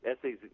essays